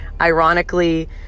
Ironically